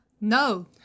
No